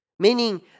Meaning